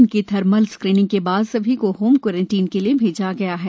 इनकी thermal screening के बाद सभी को होम कोरेनटाइन के लिए भेजा गया है